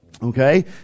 Okay